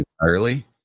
entirely